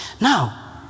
Now